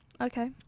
Okay